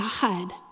God